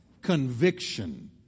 conviction